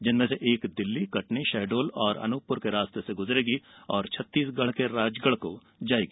जिनमें से एक दिल्ली कटनी शहडोल और अनूपपुर के रास्ते से गुजरेगी और छत्तीसगढ़ के रायगढ़ जायेगी